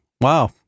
wow